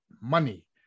money